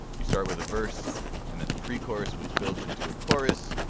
you start with a verse and then a pre-chorus which builds into a chorus,